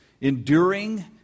enduring